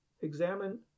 Examine